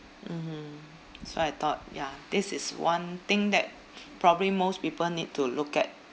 mmhmm so I thought ya this is one thing that probably most people need to look at